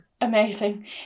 amazing